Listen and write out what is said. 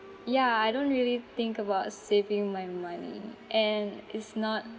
ya I don't really think about saving my money and is not